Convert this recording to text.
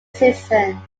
season